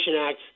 Act